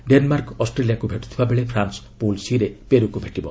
Denmark ଅଷ୍ଟ୍ରେଲିଆକୁ ଭେଟୁଥିବାବେଳେ France pool 'ସି'ରେ ପେରୁକୁ ଭେଟିବ